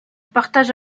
partage